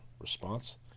response